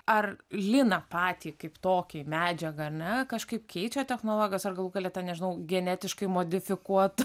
ar liną patį kaip tokį medžiagą ar ne kažkaip keičia technologijos ar galų gale ten nežinau genetiškai modifikuot